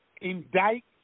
indict